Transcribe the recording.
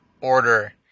order